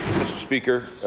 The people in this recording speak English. speaker,